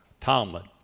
Talmud